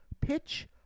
pitch